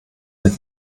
mit